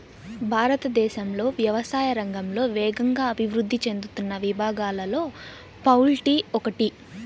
భారతదేశంలో వ్యవసాయ రంగంలో వేగంగా అభివృద్ధి చెందుతున్న విభాగాలలో పౌల్ట్రీ ఒకటి